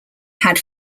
had